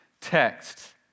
text